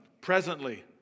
presently